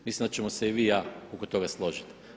Mislim da ćemo se i vi i ja oko toga složiti.